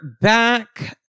back